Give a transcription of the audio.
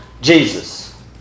Jesus